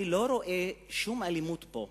אני לא רואה שום אלימות פה,